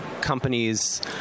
companies